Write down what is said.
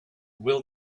will